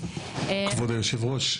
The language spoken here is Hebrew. כבוד יושב הראש,